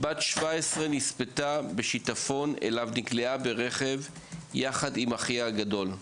בת 17 נספתה בשיטפון אליו נקלעה ברכב יחד עם אחיה הגדול,